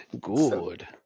Good